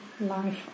life